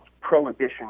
prohibition